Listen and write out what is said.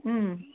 ಹ್ಞೂ